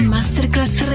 Masterclass